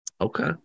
Okay